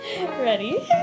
ready